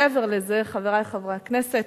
מעבר לזה, חברי חברי הכנסת,